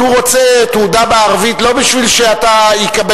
הוא רוצה תעודה בערבית לא בשביל שהוא יקבל